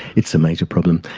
it's a major problem.